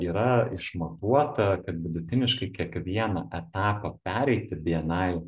yra išmatuota kad vidutiniškai kiekvieną etapą pereiti bni